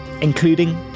including